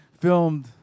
filmed